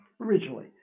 originally